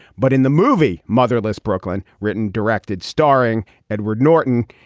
but in the movie motherless brooklyn written directed starring edward norton.